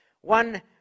One